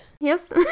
Yes